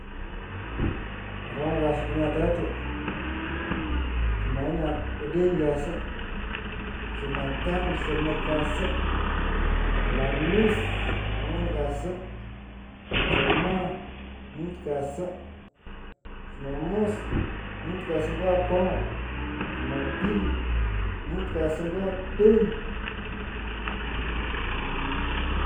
Akong’a kasi chumutatu. chumaine odeny kasi. chumatano somok kasi. alamis angwan kasi. chuma mut kasi. chumamos mut kasi nyo akong’a. chumapili mut kasi nyo odeny.